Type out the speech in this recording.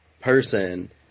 person